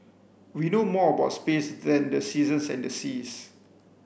we know more about space than the seasons and the seas